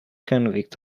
convict